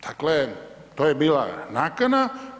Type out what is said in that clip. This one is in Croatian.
Dakle, to je bila nakana.